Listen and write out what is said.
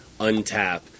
untap